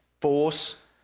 force